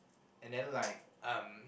and then like um